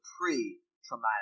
pre-traumatic